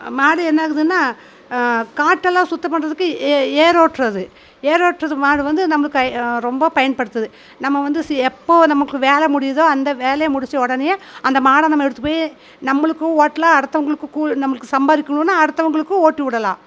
மாடு என்ன ஆகுதுன்னா காட்டெல்லாம் சுத்தம் பண்றதுக்கு ஏ ஏரோட்டுறது ஏரோட்டுறது மாடு வந்து நம்மளுகு கை ரொம்ப பயன்படுது நம்ம வந்து எப்போ நமக்கு வேலை முடியுதோ அந்த வேலையை முடிச்ச உடனையே அந்த மாட நம்ம எடுத்து போயி நம்மளுக்கும் ஓட்டலாம் அடுத்தவங்களுக்கு நம்மளுக்கு சம்பாதிக்கணுன்னா அடுத்தவங்களுக்கும் ஓட்டி விடலாம்